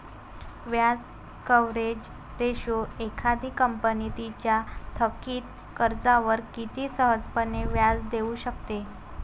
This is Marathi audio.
व्याज कव्हरेज रेशो एखादी कंपनी तिच्या थकित कर्जावर किती सहजपणे व्याज देऊ शकते